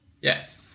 Yes